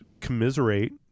commiserate